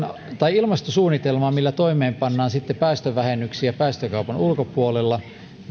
ilmastosuunnitelman jolla toimeenpannaan päästövähennyksiä päästökaupan ulkopuolella